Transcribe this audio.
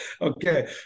Okay